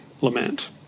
lament